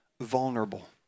vulnerable